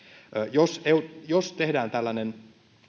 jos tehdään tällainen